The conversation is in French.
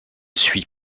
suis